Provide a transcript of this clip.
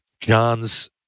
John's